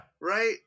Right